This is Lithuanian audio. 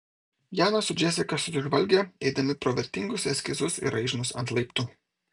janas su džesika susižvalgė eidami pro vertingus eskizus ir raižinius ant laiptų